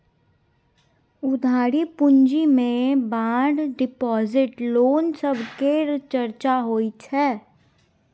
उधारी पूँजी मे बांड डिपॉजिट, लोन सब केर चर्चा होइ छै